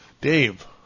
Dave